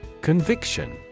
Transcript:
Conviction